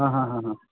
हां हां हां हां